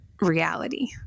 reality